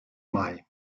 mai